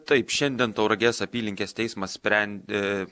taip šiandien tauragės apylinkės teismas sprendė